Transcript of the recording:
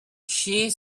she